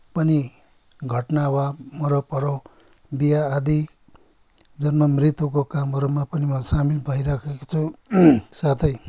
पनि घटना वा मरौपरौ बिहा आदि जन्म मृत्युको कामहरूमा पनि म सामिल भइरहेको छु साथै